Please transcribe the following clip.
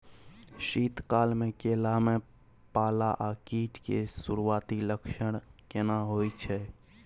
शीत काल में केला में पाला आ कीट के सुरूआती लक्षण केना हौय छै?